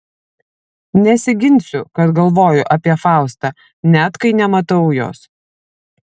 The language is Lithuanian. nesiginsiu kad galvoju apie faustą net kai nematau jos